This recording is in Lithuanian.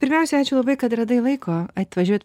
pirmiausia ačiū labai kad radai laiko atvažiuot